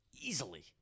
Easily